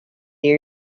they